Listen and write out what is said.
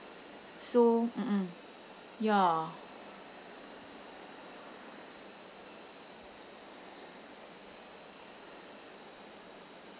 so mm mm ya